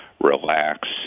relax